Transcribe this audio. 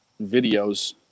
videos